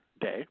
Day